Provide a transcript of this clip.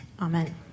Amen